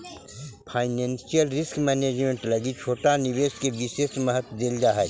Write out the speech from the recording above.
financial risk management लगी छोटा निवेश के विशेष महत्व देल जा हई